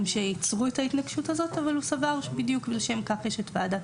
שעיצבו את ההתנגשות הזאת אבל הוא סבר שבדיוק לשם כך יש את ועדת